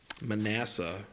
Manasseh